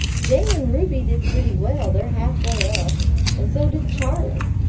jane and ruby did pretty well they're halfway up and so did charlie.